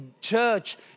church